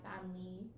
family